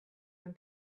and